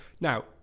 now